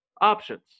options